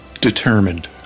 Determined